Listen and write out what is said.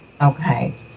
Okay